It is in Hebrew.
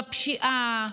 בפשיעה,